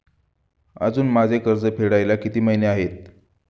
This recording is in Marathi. अजुन माझे कर्ज फेडायला किती महिने आहेत?